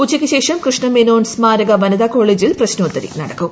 ഉച്ചയ്ക്ക് ശേഷം കൃഷ്ണമേനോൻ സ്മാരക വനിത കോളേജിൽ പ്രശ്നോത്തരി നടക്കും